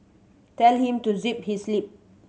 tell him to zip his lip